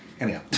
Anyhow